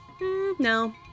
No